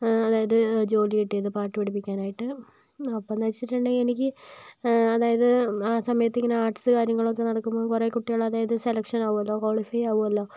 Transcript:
അതായത് ഒരു ജോലി കിട്ടിയത് പാട്ട് പഠിപ്പിക്കാനായിട്ട് അപ്പഴെന്ന് വച്ചിട്ടുണ്ടെങ്കിൽ എനിക്ക് അതായത് ആ സമയത്തിങ്ങനെ ആർട്സ് കാര്യങ്ങളൊക്കെ നടക്കുമ്പോൾ കുറെ കുട്ടികൾ അതായത് സെലക്ഷൻ ആകുമല്ലോ ക്വാളിഫൈ ആകുമല്ലോ